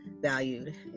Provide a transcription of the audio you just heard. valued